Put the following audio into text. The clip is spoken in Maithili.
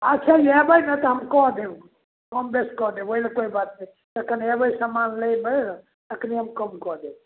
अच्छा अएबै ने तऽ हम कऽ देब कमबेस कऽ देब ओहिलए कोइ बात नहि तऽ कनि अएबै समान लेबै तखन हम कम कऽ देब